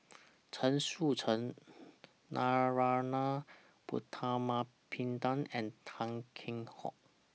Chen Sucheng Narana Putumaippittan and Tan Kheam Hock